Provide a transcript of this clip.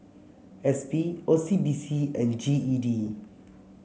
S P O C B C and G E D